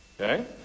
okay